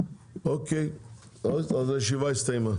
אוקיי אז הישיבה הסתיימה.